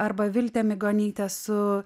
arba viltė migonytė su